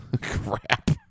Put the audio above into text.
Crap